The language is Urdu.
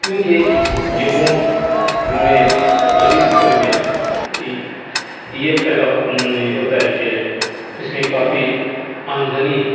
کیوںکہ گیہوں میں ربی فصل میں یہ فائدہ ہوتا ہے کہ اس میں کافی آمدنی